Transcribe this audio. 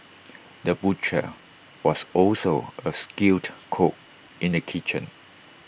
the butcher was also A skilled cook in the kitchen